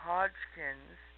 Hodgkin's